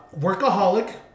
Workaholic